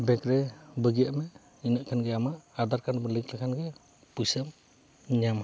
bank ᱨᱮ ᱵᱟᱹᱜᱤᱭᱟᱜ ᱢᱮ ᱤᱱᱟᱹᱜ ᱠᱷᱟᱱ ᱜᱮ ᱟᱢᱟᱜ ᱟᱫᱷᱟᱨ ᱠᱟᱨᱰᱮᱢ ᱞᱤᱝᱠ ᱞᱮᱠᱷᱟᱱ ᱜᱮ ᱯᱩᱭᱥᱟᱹᱢ ᱧᱟᱢᱟ